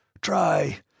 Try